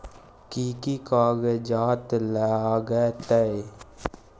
कि कि कागजात लागतै?